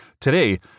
Today